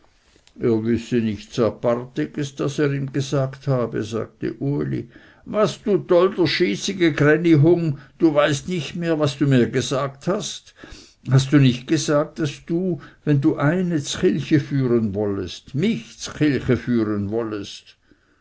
er wisse nichts apartigs das er ihm gesagt habe sagte uli was du dolderschießige grännihung du weißt nicht mehr was du mir gesagt hast hast du nicht gesagt daß du wenn du eine zkilche führen wollest mich zkilche führen wollest